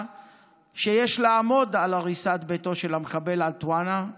שיש לעמוד על הריסת ביתו של המחבל עטאונה,